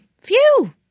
Phew